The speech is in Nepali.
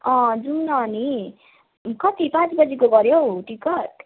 अँ जाऊँ न अनि कति पाँच बजीको गऱ्यौ टिकट